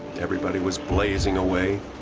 everybody was blazing away.